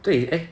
对